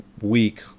week